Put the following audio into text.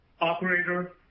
Operator